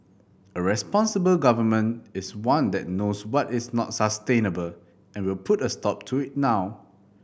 a responsible Government is one that knows what is not sustainable and will put a stop to it now